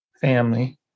family